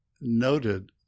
noted